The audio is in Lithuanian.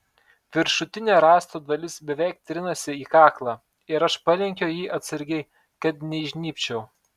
viršutinė rąsto dalis beveik trinasi į kaklą ir aš palenkiu jį atsargiai kad neįžnybčiau